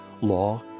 law